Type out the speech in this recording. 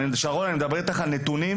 שרון, אני מדבר איתך על נתונים מטורפים.